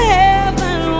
heaven